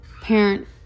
parent